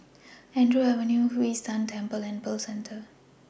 Andrews Avenue Hwee San Temple and Pearl Centre